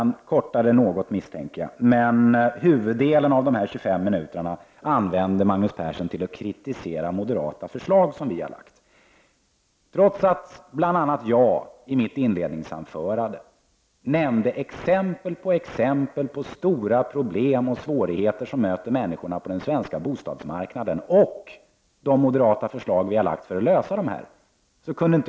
Jag misstänker att han kortade sitt anförande något. Men huvuddelen av dessa 25 minuter använde Magnus Persson till att kritisera de förslag som moderata samlingspartiet har lagt fram. Jag nämnde bl.a. i mitt inledningsanförande flera exempel på stora problem och svårigheter som möter människorna på den svenska bostadsmarknaden och de förslag som vi moderater har lagt fram för att lösa dessa problem.